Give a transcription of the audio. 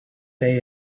day